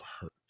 hurt